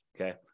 Okay